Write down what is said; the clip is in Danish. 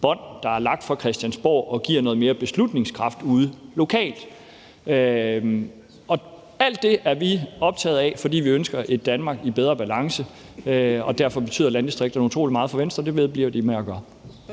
der er lagt fra Christiansborgs side, og giver noget mere beslutningskraft ude lokalt. Alt det er vi optaget af, fordi vi ønsker et Danmark i bedre balance, og derfor betyder landdistrikterne utrolig meget for Venstre, og det vedbliver de med at gøre.